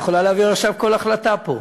היא יכולה להעביר עכשיו כל החלטה פה.